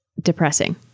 depressing